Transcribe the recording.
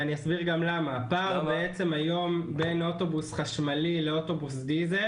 ואסביר גם למה: פער הרכש היום בין אוטובוס חשמלי לאוטובוס דיזל